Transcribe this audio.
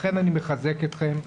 לכן אני מחזק אתכם.